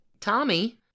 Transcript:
Tommy